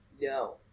no